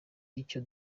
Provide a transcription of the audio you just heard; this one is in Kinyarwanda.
icyo